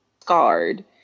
scarred